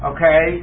Okay